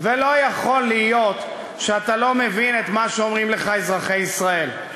ולא יכול להיות שאתה לא מבין את מה שאומרים לך אזרחי ישראל.